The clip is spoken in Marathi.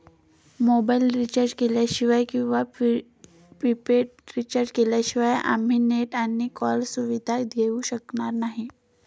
मोबाईल रिचार्ज केल्याशिवाय किंवा प्रीपेड रिचार्ज शिवाय आम्ही नेट आणि कॉल सुविधा घेऊ शकणार नाही